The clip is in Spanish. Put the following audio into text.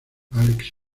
alex